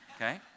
okay